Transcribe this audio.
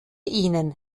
ihnen